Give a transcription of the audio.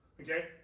Okay